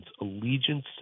allegiance